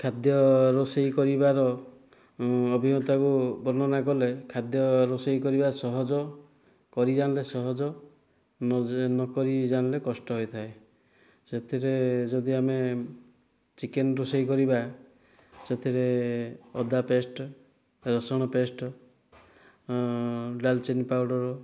ଖାଦ୍ୟ ରୋଷେଇ କରିବାର ଅଭିଜ୍ଞତାକୁ ବର୍ଣ୍ଣନା କଲେ ଖାଦ୍ୟ ରୋଷେଇ କରିବା ସହଜ କରି ଜାଣିଲେ ସହଜ ନ କରି ଜାଣିଲେ କଷ୍ଟ ହୋଇଥାଏ ସେଥିରେ ଯଦି ଆମେ ଚିକେନ୍ ରୋଷେଇ କରିବା ସେଥିରେ ଅଦା ପେଷ୍ଟ ରସୁଣ ପେଷ୍ଟ ଡାଲଚିନି ପାଉଡ଼ର